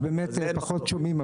אז פחות שומעים,